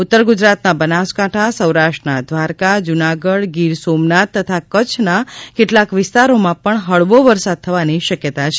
ઉત્તર ગુજરાતના બનાસકાંઠા સૌરાષ્ટ્રના દ્વારકા જૂનાગઢ ગીર સોમનાથ તથા કચ્છના કેટલાક વિસ્તારોમાં પણ હળવો વરસાદ થવાની શકયતા છે